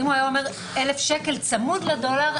אם הוא היה אומר 1,000 ש"ח צמוד לדולר,